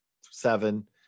seven